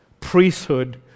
priesthood